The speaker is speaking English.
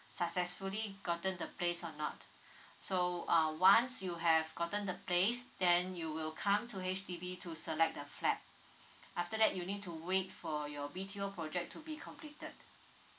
successfully gotten the place or not so uh once you have gotten the place then you will come to H_D_B to select the flat after that you need to wait for your B_T_O project to be completed